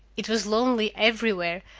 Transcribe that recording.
it was lonely everywhere,